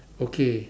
okay